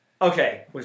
Okay